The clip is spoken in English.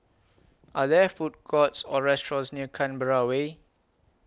Are There Food Courts Or restaurants near Canberra Way